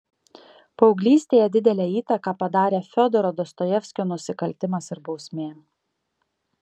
paauglystėje didelę įtaką padarė fiodoro dostojevskio nusikaltimas ir bausmė